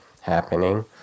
happening